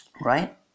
right